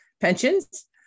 pensions